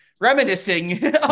reminiscing